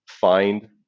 find